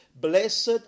blessed